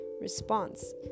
response